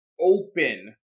open